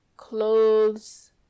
Clothes